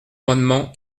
amendements